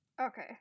Okay